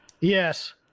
Yes